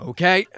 Okay